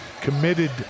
committed